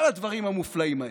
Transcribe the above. כל הדברים המופלאים האלה,